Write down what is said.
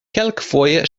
kelkfoje